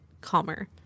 calmer